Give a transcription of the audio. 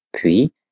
Puis